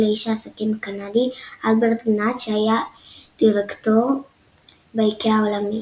לאיש העסקים הקנדי אלברט גנאט שהיה דירקטור באיקאה העולמית.